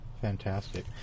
Fantastic